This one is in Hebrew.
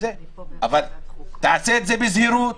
אבל תעשה את זה בזהירות,